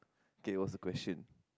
okay what's the question